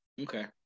okay